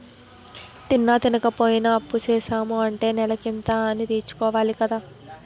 తిన్నా, తినపోయినా అప్పుసేసాము అంటే నెలకింత అనీ తీర్చుకోవాలి కదరా